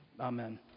Amen